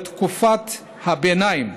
בתקופת הביניים,